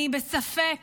אני בספק